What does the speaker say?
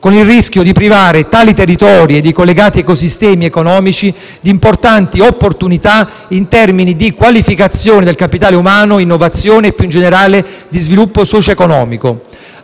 con il rischio di privare tali territori ed i collegati ecosistemi economici di importanti opportunità in termini di qualificazione del capitale umano, innovazione e, più in generale, di sviluppo socio-economico.